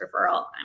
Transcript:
referral